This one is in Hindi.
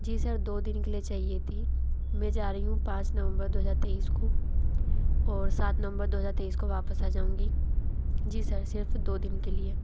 जी सर दो दिन के लिए चाहिए थी मैं जा रही हूँ पाँच नवंबर दो हजार तेईस को और सात नवंबर दो हजार तेईस को वापिस आ जाऊँगी जी सर सिर्फ दो दिन के लिए